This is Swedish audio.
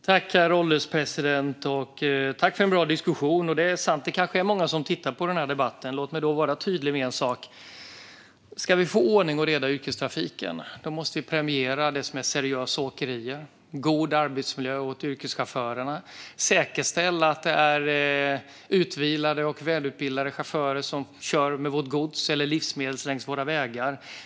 Herr ålderspresident! Tack, Thomas Morell, för en bra diskussion! Det är sant att det kanske är många som tittar på denna debatt. Låt mig vara tydlig med en sak: Ska vi få ordning och reda i yrkestrafiken måste vi premiera seriösa åkerier och god arbetsmiljö för yrkeschaufförerna och säkerställa att det är utvilade och välutbildade chaufförer som kör vårt gods eller våra livsmedel längs våra vägar.